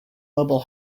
mobile